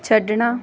ਛੱਡਣਾ